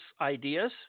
ideas